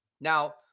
Now